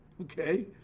Okay